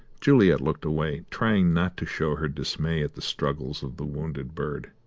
juliet looked away, trying not to show her dismay at the struggles of the wounded bird.